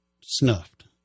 snuffed